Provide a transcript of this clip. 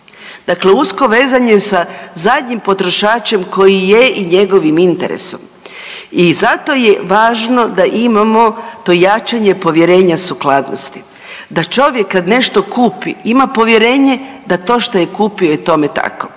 Dakle, usko vezan je sa zadnjim potrošačem koji je i njegovim interesom i zato je važno da imamo to jačanje povjerenja sukladnosti da čovjek kada nešto kupi ima povjerenje da to što je kupio je tome tako.